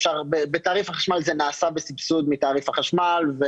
בתעריף החשמל זה נעשה בסבסוד מתעריף החשמל.